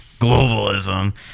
globalism